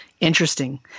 Interesting